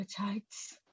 appetites